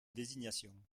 désignation